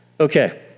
Okay